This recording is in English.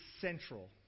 central